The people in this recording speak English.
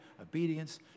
obedience